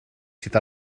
sydd